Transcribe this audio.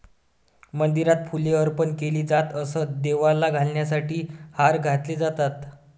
मंदिरात फुले अर्पण केली जात असत, देवाला घालण्यासाठी हार घातले जातात